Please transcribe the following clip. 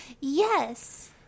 Yes